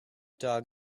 dog